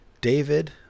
David